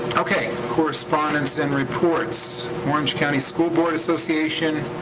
okay, correspondence and reports. orange county school board association.